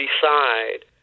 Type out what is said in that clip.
decide